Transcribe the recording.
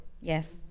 Yes